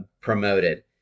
promoted